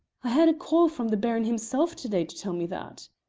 i had a call from the baron himself to-day to tell me that.